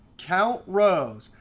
count rows.